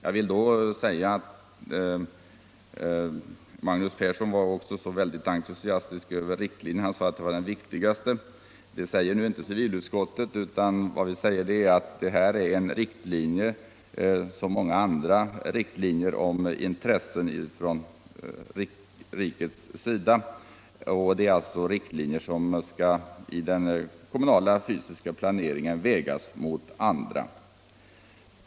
Herr Persson var också entusiastisk över riktlinjerna, som han sade var det viktigaste i propositionen. Det säger nu inte civilutskottet. Vad vi säger är att detta är en riktlinje bland många andra när det gäller rikets intressen. Det är en riktlinje som i den kommunala fysiska planeringen skall vägas mot andra.